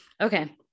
Okay